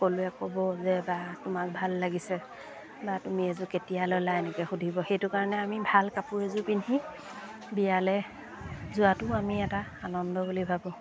সকলোৱে ক'ব যে বা তোমাক ভাল লাগিছে বা তুমি এইযোৰ কেতিয়া ল'লা এনেকৈ সুধিব সেইটো কাৰণে আমি ভাল কাপোৰ এযোৰ পিন্ধি বিয়ালৈ যোৱাটো আমি এটা আনন্দৰ বুলি ভাবোঁ